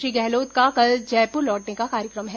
श्री गहलोत का कल जयपुर लौटने का कार्यक्रम है